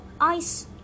Ice